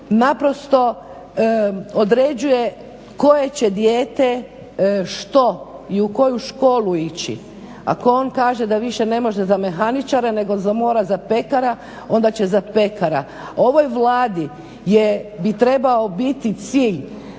naprosto određuje koje će dijete što i u koju školu ići? Ako on kaže da više ne može za mehaničara, nego mora za pekara, onda će za pekara. Ovoj Vladi bi trebao biti cilj